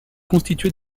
constitué